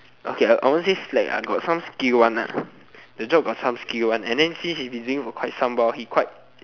okay I won't say slack lah got some skill one lah the job got some skill one and then since he doing for quite some while he quite